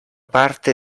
parte